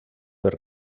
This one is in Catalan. per